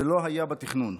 זה לא היה בתכנון.